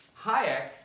Hayek